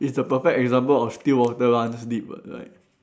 it's the perfect example of still water runs deep but like